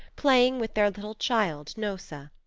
playing with their little child hnossa.